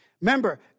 Remember